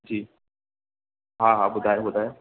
जी हा हा ॿुधायो ॿुधायो